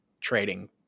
trading